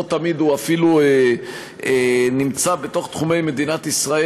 לא תמיד הוא אפילו נמצא בתוך תחומי מדינת ישראל